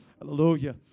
Hallelujah